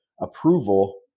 approval